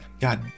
God